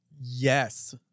Yes